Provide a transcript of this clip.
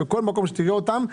בכל מקום תראה אותם.